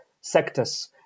sectors